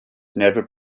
never